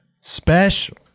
special